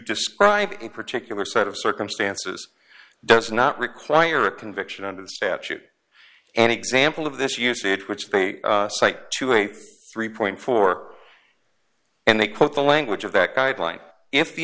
describe a particular set of circumstances does not require a conviction under the statute an example of this usage which they cite to a three point four and they quote the language of that guideline if